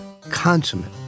consummate